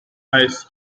eyes